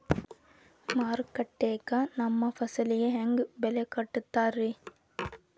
ಮಾರುಕಟ್ಟೆ ಗ ನಮ್ಮ ಫಸಲಿಗೆ ಹೆಂಗ್ ಬೆಲೆ ಕಟ್ಟುತ್ತಾರ ರಿ?